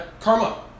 karma